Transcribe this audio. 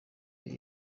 yari